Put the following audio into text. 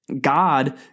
God